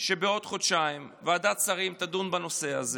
שבעוד חודשיים ועדת השרים תדון בנושא הזה.